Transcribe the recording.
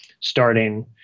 starting